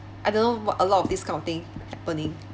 I don't know what a lot of this kind of thing happening